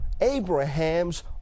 Abraham's